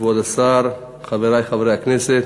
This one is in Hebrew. כבוד השר, חברי חברי הכנסת,